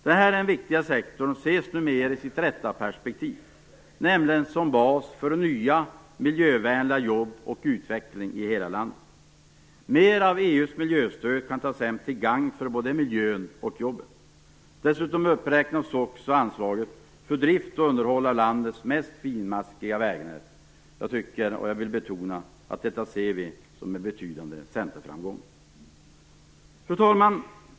Denna viktiga sektor ses numer i sitt rätta perspektiv, nämligen som bas för nya, miljövänliga jobb och för utveckling i hela landet. Mer av EU:s miljöstöd tas hem till gagn för både miljön och jobben. Dessutom uppräknas anslaget för drift och underhåll av landets mest finmaskiga vägnät. Jag vill betona att vi ser detta som en betydande centerframgång. Fru talman!